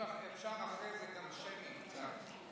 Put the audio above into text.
ההצעה להעביר את הנושא לוועדת הכספים נתקבלה.